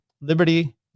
Liberty